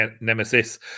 nemesis